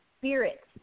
spirit